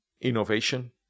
innovation